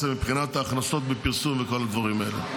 מבחינת ההכנסות מפרסום וכל הדברים האלה.